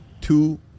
two